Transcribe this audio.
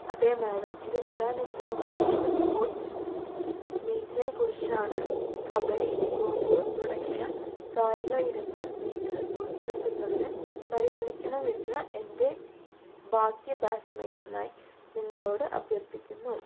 അതെ മാഡം ഇത് വരാനിരിക്കുന്ന വാർഷിക സ്പോർട്സ് മീറ്റിനെക്കുറിച്ചാണ് കബഡി ഖോ ഖോ തുടങ്ങിയ കായിക ഇനങ്ങൾ മീറ്റിൽ ഉൾപ്പെടുത്തുന്നതിന് പരിഗണിക്കണമെന്ന് എന്റെ ബാക്കി ബാച്ച്മേറ്റ്സിനായി നിങ്ങളോട് അഭ്യർത്ഥിക്കുന്നു